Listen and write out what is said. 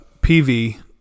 PV